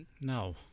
No